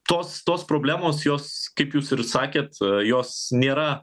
tos tos problemos jos kaip jūs ir sakėt jos nėra